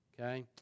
okay